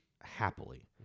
happily